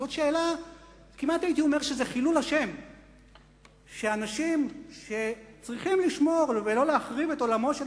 זה כמעט חילול השם שאנשים שצריכים לשמור ולא להחריב את עולמו של